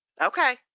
Okay